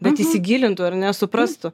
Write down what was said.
bet įsigilintų ar ne suprastų